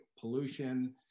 pollution